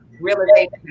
realization